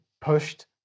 pushed